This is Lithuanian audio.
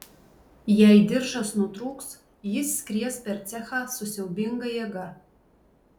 jei diržas nutrūks jis skries per cechą su siaubinga jėga